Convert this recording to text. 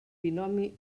binomi